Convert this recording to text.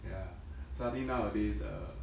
ya so I think nowadays err